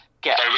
get